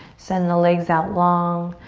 send the legs out long.